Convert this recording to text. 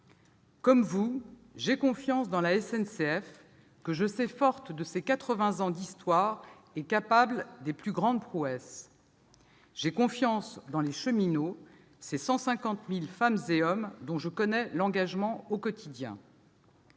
Comme vous, j'ai confiance en la SNCF, que je sais forte de ses quatre-vingts ans d'histoire et capable des plus grandes prouesses. J'ai confiance dans les cheminots, ces 150 000 femmes et hommes dont je connais l'engagement au quotidien.